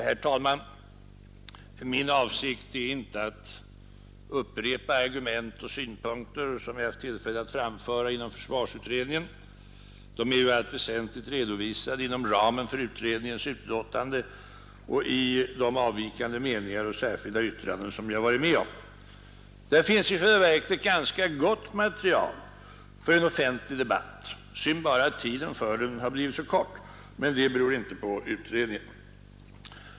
Herr talman! Min avsikt är inte att upprepa argument och synpunkter som jag har haft tillfälle att framföra inom försvarsutredningen. De är i allt väsentligt redovisade inom ramen för utredningens utlåtande och i de avvikande meningar och särskilda yttranden som jag har varit med om. Där finns i själva verket ett ganska gott material för en offentlig debatt — synd bara att tiden för den har blivit så kort, men det beror inte på utredningen.